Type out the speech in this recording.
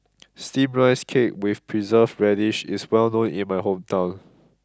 Steamed Rice Cake with Preserved Radish is well known in my hometown